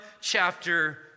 chapter